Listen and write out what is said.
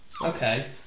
Okay